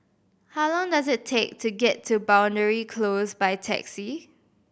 how long does it take to get to Boundary Close by taxi